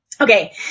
Okay